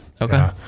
Okay